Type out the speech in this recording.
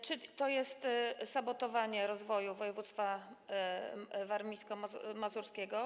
Czy to jest sabotowanie rozwoju województwa warmińsko-mazurskiego?